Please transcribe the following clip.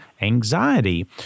anxiety